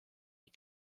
die